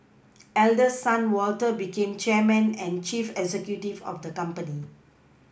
Eldest son Walter became chairman and chief executive of the company